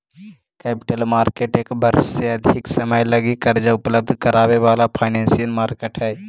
capital market एक वर्ष से अधिक समय लगी कर्जा उपलब्ध करावे वाला फाइनेंशियल मार्केट हई